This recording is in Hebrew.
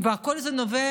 וכל זה נובע